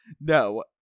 No